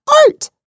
art